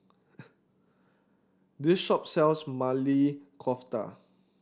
this shop sells Maili Kofta